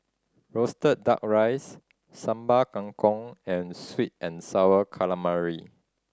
roasted Duck Rice Sambal Kangkong and sweet and Sour Calamari